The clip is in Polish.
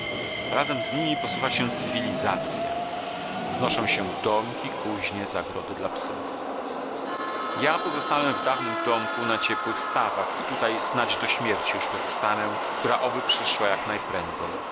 razem z nimi posuwa się cywilizacja wznoszą się domki kuźnie zagrody dla psów ja pozostałem w dawnym domku na ciepłych stawach i tutaj snadź do śmierci już pozostanę która oby przyszła jak